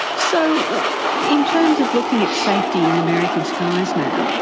so in terms of looking at safety in american skies now,